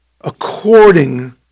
according